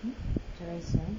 hmm macam raisya eh